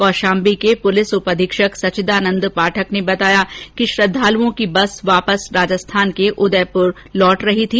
कौशांबी के पुलिस उप अधीक्षक सचिदानन्द पाठक ने बताया कि श्रद्धालुओं की बस वापस राजस्थान के उदयपुर लौट रही थी